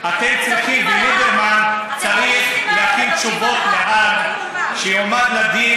וליברמן צריך להכין תשובות להאג כשיועמד לדין